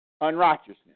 unrighteousness